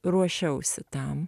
ruošiausi tam